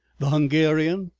the hungarian,